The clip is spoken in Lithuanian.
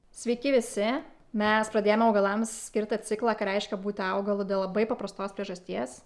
sveiki visi mes pradėjome augalams skirtą ciklą ką reiškia būti augalu dėl labai paprastos priežasties